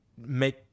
make